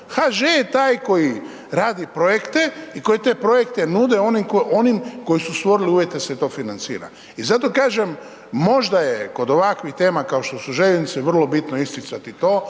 HŽ je taj koji radi projekte i koji te projekte nude onim koji su stvorili uvjete da se to financira. I zato kažem, možda je kod ovakvih tema kao što su željeznice vrlo bitno isticati